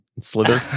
Slither